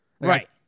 Right